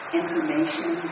information